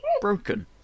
broken